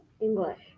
English